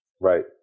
Right